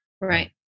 Right